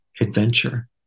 adventure